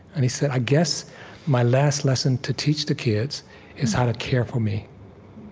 and he said, i guess my last lesson to teach the kids is, how to care for me.